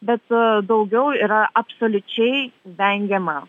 bet daugiau yra absoliučiai vengiama